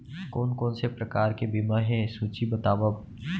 कोन कोन से प्रकार के बीमा हे सूची बतावव?